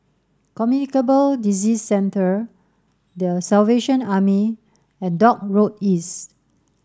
Communicable Disease Centre The Salvation Army and Dock Road East